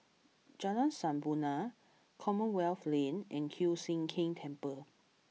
Jalan Sampurna Commonwealth Lane and Kiew Sian King Temple